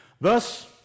Thus